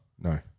no